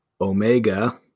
Omega